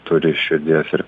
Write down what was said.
turi širdies ir